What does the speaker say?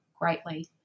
greatly